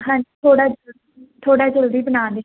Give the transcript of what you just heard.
ਹਾਂਜੀ ਥੋੜ੍ਹਾ ਥੋੜ੍ਹਾ ਜਲਦੀ ਬਣਾ ਦੇ